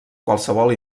qualsevol